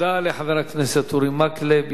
תודה לחבר הכנסת אורי מקלב.